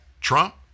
Trump